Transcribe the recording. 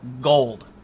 gold